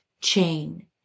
chain